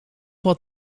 wat